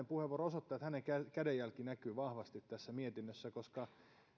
puheenvuoro osoittaa että hänen kädenjälkensä näkyy vahvasti tässä mietinnössä koska